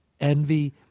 envy